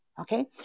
okay